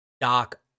Doc